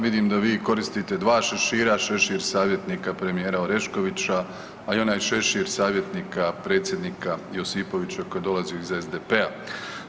Vidim da vi koristite dva šešira, šešir savjetnika premijera Oreškovića, a i onaj šešir savjetnika predsjednika Josipovića koji dolazi iz SDP-a.